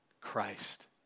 Christ